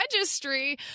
registry